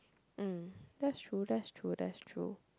mm that's true that's true that's true